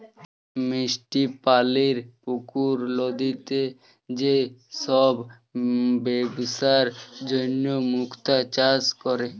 মিষ্টি পালির পুকুর, লদিতে যে সব বেপসার জনহ মুক্তা চাষ ক্যরে